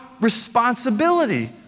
responsibility